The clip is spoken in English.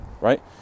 right